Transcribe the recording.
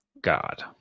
God